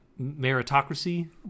Meritocracy